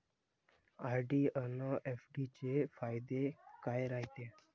RD अन FD चे फायदे काय रायते?